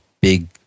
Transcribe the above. big